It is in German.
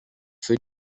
für